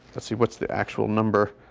let's see what's the actual number.